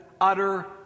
utter